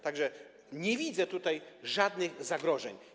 Tak że nie widzę tutaj żadnych zagrożeń.